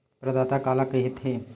प्रदाता काला कइथे?